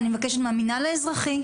ואני מבקשת מהמינהל האזרחי,